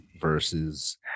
Versus